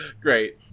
great